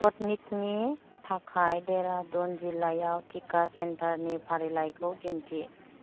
स्पटनिकनि थाखाय देरादुन जिल्लायाव टिका सेन्टारनि फारिलाइखौ दिन्थि